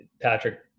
Patrick